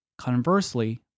Conversely